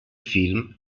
film